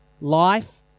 life